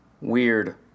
weird